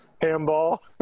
handball